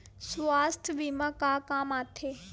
सुवास्थ बीमा का काम आ थे?